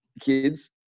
kids